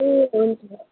ए हुन्छ